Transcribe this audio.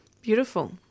Beautiful